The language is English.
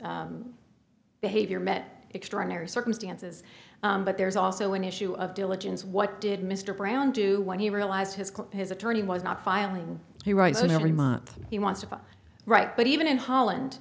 s behavior met extraordinary circumstances but there's also an issue of diligence what did mr brown do when he realized his his attorney was not filing he writes in every month he wants about right but even in holland